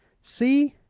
see,